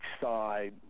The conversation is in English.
side